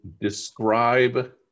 describe